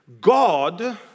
God